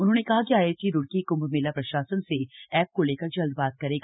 उन्होंने कहा कि आईआईटी रुड़की कृंभ मेला प्रशासन से एप को लेकर जल्द बात करेगा